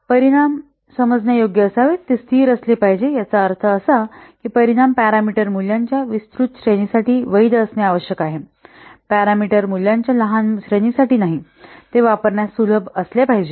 परिणाम समजण्या योग्य असावेत आणि ते स्थिर असले पाहिजेत याचा अर्थ असा की परिणाम पॅरामीटर मूल्यांच्या विस्तृत श्रेणीसाठी वैध असणे आवश्यक आहे पॅरामीटर मूल्यांच्या लहान श्रेणीसाठी नाही आणि ते वापरण्यास सुलभ असले पाहिजे